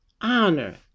honor